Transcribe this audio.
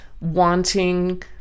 wanting